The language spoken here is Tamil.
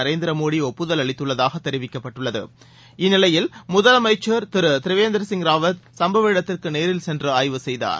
நரேந்திர மோடி ஒப்புதல் அளித்துள்ளதாக தெரிவிக்கப்பட்டுள்ளது இந்நிலையில் முதலமைச்சர் திரிவேந்திர சிங் ராவத் சும்பவ இடத்திற்கு நேரில் சென்று ஆய்வு செய்தார்